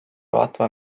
vaatama